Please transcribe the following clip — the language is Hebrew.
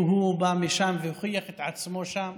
כי הוא בא משם והוכיח את עצמו שם.